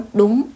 đúng